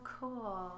cool